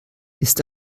ist